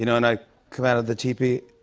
you know and i'd come out of the teepee.